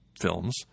films